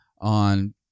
on